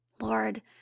Lord